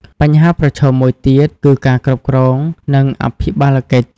បញ្ហាប្រឈមមួយទៀតគឺ ការគ្រប់គ្រង និងអភិបាលកិច្ច។